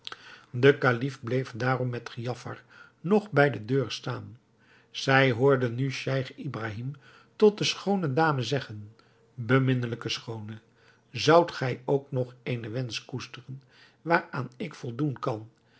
de kalif bleef daarom met giafar nog bij de deur staan zij hoorden nu scheich ibrahim tot de schoone dame zeggen beminnelijke schoone zoudt gij ook nog eenen wensch koesteren waaraan ik voldoen kan